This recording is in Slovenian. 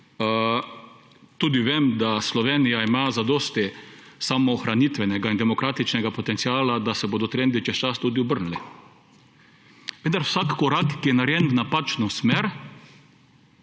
Tudi vem, da Slovenija ima zadosti samoohranitvenega in demokratičnega potenciala, da se bodo trendi čez čas tudi obrnili, vendar vsak korak, ki je narejen v napačno smer,